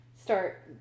start